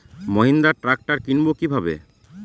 Mahindra tractor কিনবো কি ভাবে?